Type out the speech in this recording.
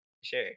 Sure